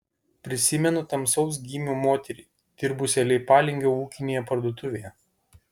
prisimenu tamsaus gymio moterį dirbusią leipalingio ūkinėje parduotuvėje